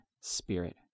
spirit